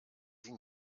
sie